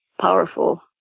powerful